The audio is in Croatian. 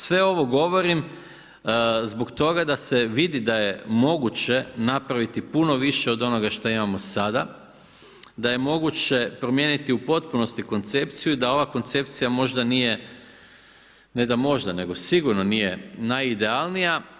Sve ovo govorim zbog toga da se vidi da je moguće napraviti puno više od onoga što imamo sada, da je moguće promijeniti u potpunosti koncepciju i da ova koncepcija možda nije, ne da možda nego sigurno nije najidealnija.